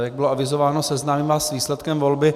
Jak bylo avizováno, seznámím vás s výsledkem volby.